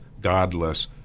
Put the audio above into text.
godless